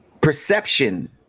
perception